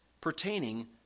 pertaining